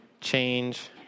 change